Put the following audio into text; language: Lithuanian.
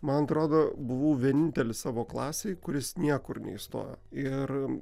man atrodo buvau vienintelis savo klasėj kuris niekur neįstojo ir